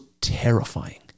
terrifying